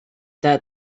that